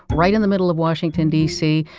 right in the middle of washington dc,